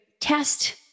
test